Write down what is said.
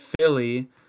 Philly